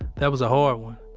that was a hard one.